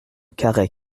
carhaix